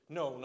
no